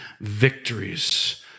victories